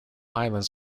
islands